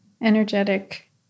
energetic